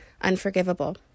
unforgivable